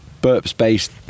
burps-based